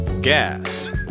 Gas